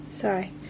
Sorry